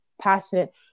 passionate